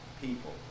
people